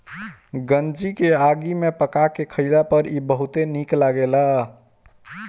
गंजी के आगी में पका के खइला पर इ बहुते निक लगेला